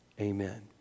Amen